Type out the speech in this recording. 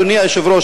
אדוני היושב-ראש,